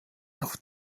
auf